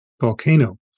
volcano